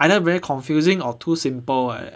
either very confusing or too simple like that